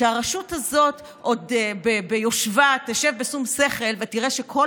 שהרשות הזאת עוד ביושבה תשב בשום שכל ותראה שכל